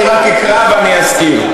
אני רק אקרא ואזכיר.